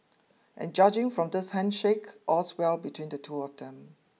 and judging from this handshake all's well between the two of them